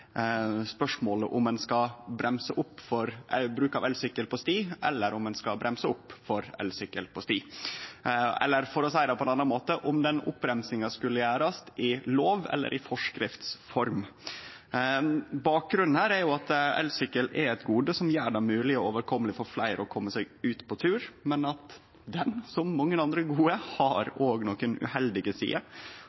spørsmålet om ein skal bremse opp for bruk av elsykkel på sti, eller om ein skal bremse opp for elsykkel på sti – eller, for å seie det på ein annan måte: om den oppbremsinga skulle gjerast i lov eller i form av forskrift. Bakgrunnen her er at elsykkelen er eit gode som gjer det mogleg og overkomeleg for fleire å kome seg ut på tur, men at han – som mange andre gode – òg har